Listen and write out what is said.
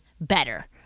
better